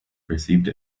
perceived